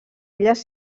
illes